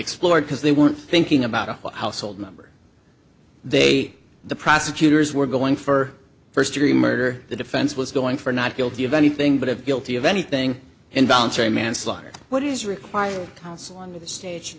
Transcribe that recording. explored because they weren't thinking about a household member they the prosecutors were going for first degree murder the defense was going for not guilty of anything but of guilty of anything involuntary manslaughter what is require